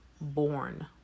born